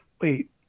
Wait